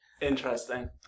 Interesting